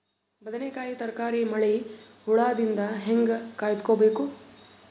ಬದನೆಕಾಯಿ ತರಕಾರಿ ಮಳಿ ಹುಳಾದಿಂದ ಹೇಂಗ ಕಾಯ್ದುಕೊಬೇಕು?